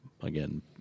again